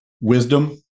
wisdom